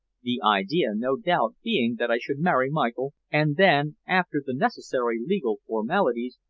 the idea no doubt being that i should marry michael, and then, after the necessary legal formalities,